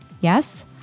yes